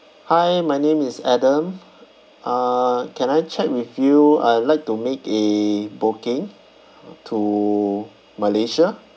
hi my name is adam uh can I check with you I would like to make a booking to malaysia